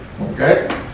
Okay